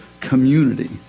community